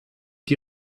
die